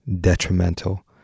detrimental